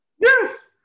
Yes